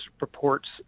reports